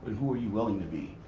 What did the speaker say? who are you willing to be?